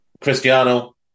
Cristiano